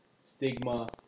stigma